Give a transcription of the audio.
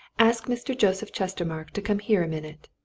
ask mr. joseph chestermarke to come here a minute.